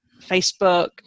Facebook